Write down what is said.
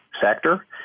sector